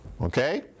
Okay